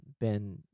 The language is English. Ben